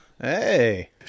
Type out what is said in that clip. Hey